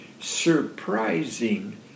surprising